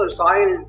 soil